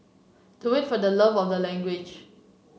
do it for the love of the language